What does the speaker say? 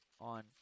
on